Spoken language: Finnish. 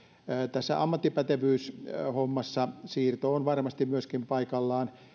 tässä ammattipätevyyshommassa siirto on varmasti myöskin paikallaan